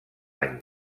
any